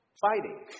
fighting